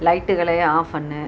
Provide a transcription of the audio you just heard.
லைட்டுகளை ஆஃப் பண்ணு